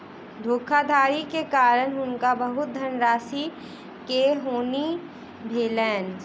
धोखाधड़ी के कारण हुनका बहुत धनराशि के हानि भेलैन